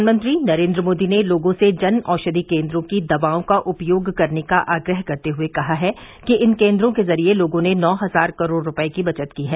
प्रधानमंत्री नरेन्द्र मोदी ने लोगों से जन औषधि केन्द्रों की दवाओं का उपयोग करने का आग्रह करते हए कहा है कि इन केन्द्रों के जरिए लोगों ने नौ हजार करोड़ रुपये की बचत की है